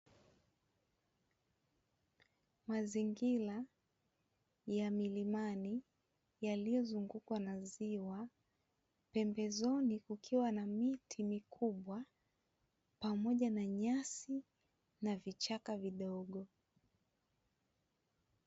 Mazingira ya milimani yaliyozungukwa na ziwa, pembezoni kukiwa na miti mikubwa pamoja na nyasi na vichaka vidogo.